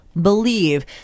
believe